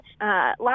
last